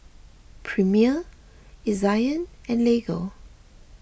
Premier Ezion and Lego